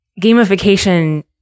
gamification